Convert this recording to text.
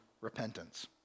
repentance